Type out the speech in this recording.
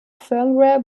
firmware